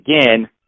again